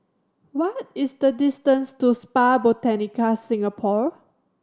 what is the distance to Spa Botanica Singapore